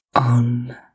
on